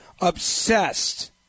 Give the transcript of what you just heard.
obsessed